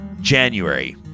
January